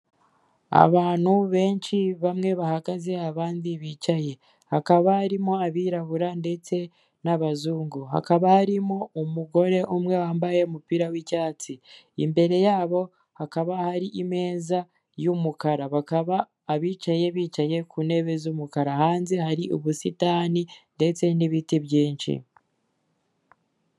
Abantu benshi bamwe bahagaze abandi bicaye, hakaba harimo abirabura ndetse n'abazungu, hakaba harimo umugore umwe wambaye umupira w'icyatsi, imbere yabo hakaba hari ameza y'umukara bakaba abicaye bicaye ku ntebe z'umukara hanze hari ubusitani ndetse n'ibiti byinshi.